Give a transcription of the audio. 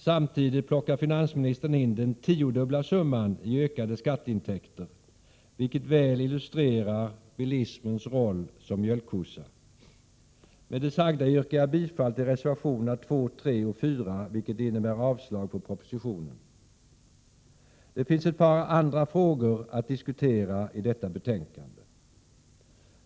Samtidigt plockar finansministern in den tiodubbla summan i ökade skatteintäkter, vilket väl illustrerar bilismens roll som mjölkkossa. Med det sagda yrkar jag bifall till reservationerna 2, 3 och 4, vilket innebär avslag på propositionen. Det finns ett par frågor till att diskutera i detta betänkande.